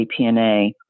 APNA